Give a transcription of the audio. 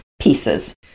pieces